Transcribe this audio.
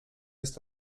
jest